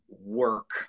work